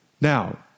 Now